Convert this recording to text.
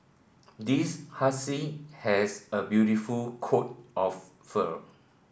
this husky has a beautiful coat of fur